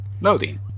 Loading